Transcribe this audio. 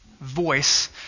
voice